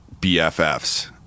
bffs